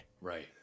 Right